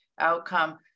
outcome